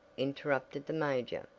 interrupted the major.